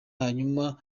hanyuma